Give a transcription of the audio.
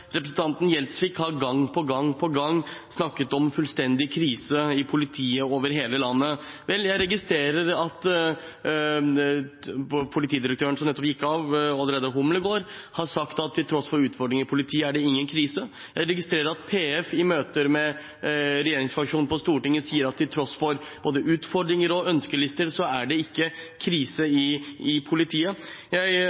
Representanten Gjelsvik har gang på gang på gang snakket om en fullstendig krise i politiet over hele landet. Vel, jeg registrerer at politidirektøren som nettopp gikk av, Odd Reidar Humlegård, har sagt at til tross for utfordringer i politiet er det ingen krise. Jeg registrerer at Politiets Fellesforbund i møter med regjeringsfraksjonen på Stortinget sier at det til tross for både utfordringer og ønskelister ikke er krise i politiet. Det